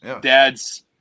dad's